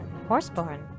Horseborn